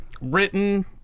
written